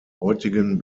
heutigen